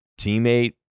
teammate